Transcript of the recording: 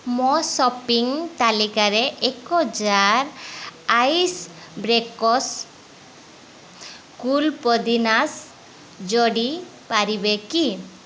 ମୋ ସପିଂ ତାଲିକାରେ ଏକ ଜାର୍ ଆଇସ୍ ବ୍ରେକର୍ସ କୁଲ୍ପୋଦିନାସ୍ ଯୋଡ଼ି ପାରିବେ କି